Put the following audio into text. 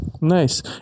Nice